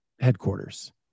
headquarters